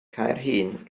caerhun